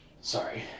sorry